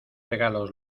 regalos